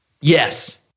Yes